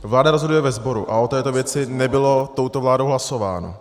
Vláda rozhoduje ve sboru a o této věci nebylo touto vládou hlasováno.